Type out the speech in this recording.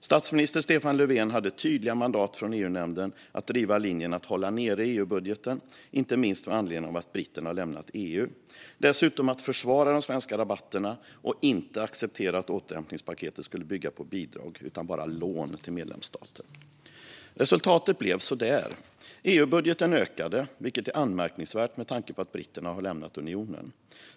Statsminister Stefan Löfven hade tydliga mandat från EU-nämnden att driva linjen att hålla nere EU-budgeten, inte minst med anledning av att britterna lämnat EU, att försvara de svenska rabatterna och att inte acceptera att återhämtningspaketet skulle bygga på bidrag utan bara på lån till medlemsstater. Resultatet blev så där. EU-budgeten ökade, vilket är anmärkningsvärt med tanke på att britterna har lämnat unionen.